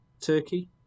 Turkey